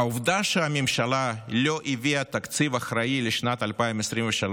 העובדה שהממשלה לא הביאה תקציב אחראי לשנת 2023,